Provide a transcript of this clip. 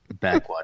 backwater